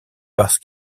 parce